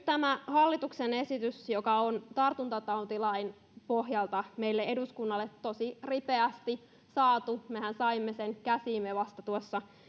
tämä hallituksen esitys joka on tartuntatautilain pohjalta meille eduskunnalle tosi ripeästi saatu mehän saimme sen käsiimme vasta tuossa